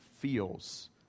feels